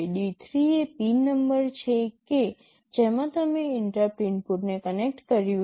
D3 એ pin number છે કે જેમાં તમે ઇન્ટરપ્ટ ઇનપુટને કનેક્ટ કર્યું છે